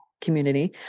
community